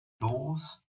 doors